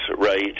Right